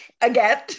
Again